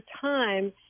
time